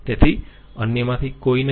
તેથી અન્યમાંથી કોઈ નહિ